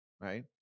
right